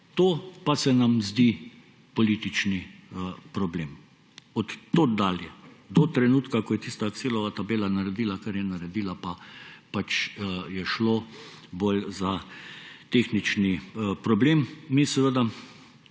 to pa se nam zdi politični problem. Od tod dalje do trenutka, ko je tista excelova tabela naredila, kar je naredila – pa je šlo bolj za tehnični problem ‒, mi seveda,